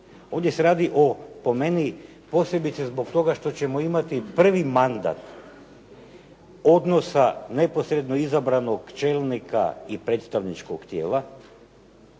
Ovdje se radi o, po meni, posebice zbog toga što ćemo imati prvi mandat odnosa neposredno izabranog čelnika i predstavničkog tijela